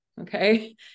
Okay